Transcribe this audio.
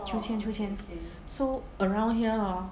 秋千秋千 so around here orh